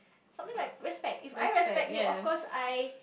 something like respect if I respect you of course I